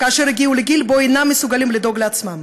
כאשר הגיעו לגיל שאינם מסוגלים לדאוג לעצמם.